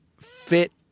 fit